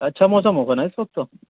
اچھا موسم ہوگا نا اس وقت تو